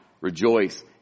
Rejoice